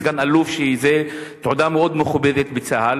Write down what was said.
סגן-אלוף, שהיא תעודה מאוד מכובדת בצה"ל.